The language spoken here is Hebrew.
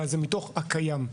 אלא זה מתוך הקיים.